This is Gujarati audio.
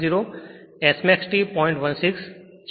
16 છે